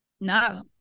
No